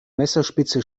messerspitze